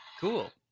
cool